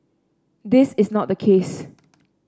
this is not the case